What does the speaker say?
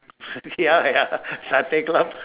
ya ya satay club